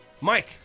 Mike